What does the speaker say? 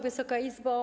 Wysoka Izbo!